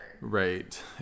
Right